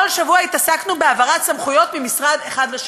כל שבוע התעסקנו בהעברת סמכויות ממשרד אחד לשני.